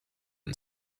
and